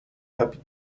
happy